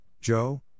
Joe